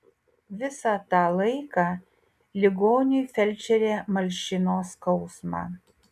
visą tą laiką ligoniui felčerė malšino skausmą